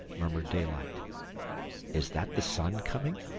murmured daylight is that the sun coming?